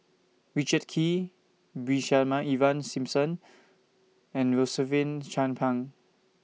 Richard Kee Brigadier Ivan Simson and Rosaline Chan Pang